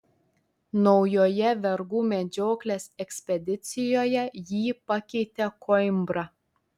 naujoje vergų medžioklės ekspedicijoje jį pakeitė koimbra